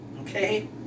Okay